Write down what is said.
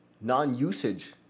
non-usage